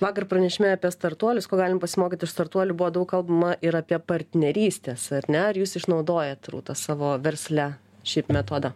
vakar pranešime apie startuolius ko galim pasimokyt iš startuolių buvo daug kalbama ir apie partnerystes ar ne ar jūs išnaudojat rūta savo versle šį metodą